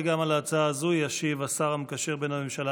גם על ההצעה הזאת ישיב השר המקשר בין הממשלה